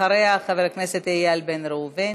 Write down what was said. אחריה, חבר הכנסת איל בן ראובן.